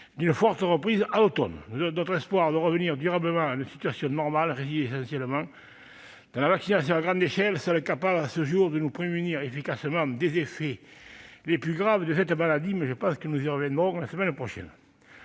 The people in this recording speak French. d'une forte reprise à l'automne. Notre espoir de revenir durablement à une situation normale réside essentiellement dans la vaccination à grande échelle, seule capable à ce jour de nous prémunir efficacement des effets les plus graves de cette maladie. Il semble que nous reviendrons sur ce sujet la semaine prochaine.